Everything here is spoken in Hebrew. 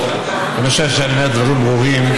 אני חושב שאני אומר דברים ברורים,